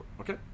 okay